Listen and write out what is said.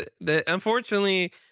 Unfortunately